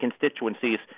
constituencies